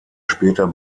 später